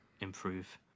improve